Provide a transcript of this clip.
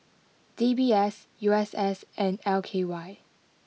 D B S U S S and L K Y